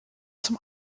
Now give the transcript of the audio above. zum